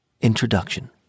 Introduction